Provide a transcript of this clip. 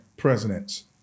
presidents